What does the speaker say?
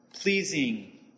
pleasing